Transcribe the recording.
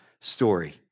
story